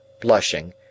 blushing